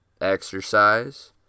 exercise